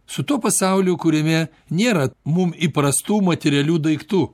su tuo pasauliu kuriame nėra mum įprastų materialių daiktų